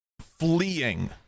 fleeing